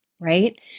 Right